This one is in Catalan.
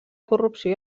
corrupció